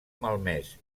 malmès